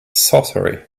sorcery